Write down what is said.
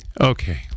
Okay